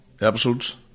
Episodes